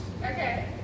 Okay